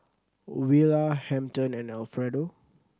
Willa Hampton and Alfredo